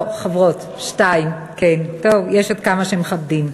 לא, חברות, שתיים, טוב, יש עוד כמה שמכבדים,